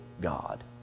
God